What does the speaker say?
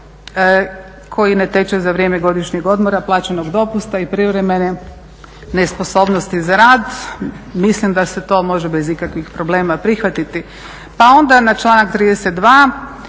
koji ne teče za vrijeme godišnjeg odmora, plaćenog dopusta i privremene nesposobnosti za rad, mislim da se to može bez ikakvih problema prihvatiti. Pa onda na članak 32.,